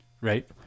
right